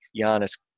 Giannis